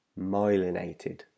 myelinated